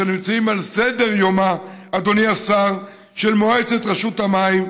אשר נמצאים על סדר-יומה של מועצת רשות המים,